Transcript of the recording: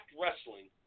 Wrestling